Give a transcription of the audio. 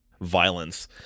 violence